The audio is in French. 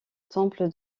temple